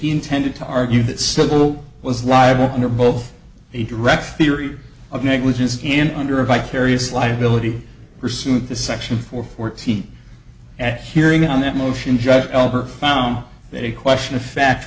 intended to argue that civil was liable under both the direct theory of negligence in under a vicarious liability pursued the section four fourteen at hearing on that motion judge albert found that a question of fact